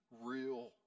real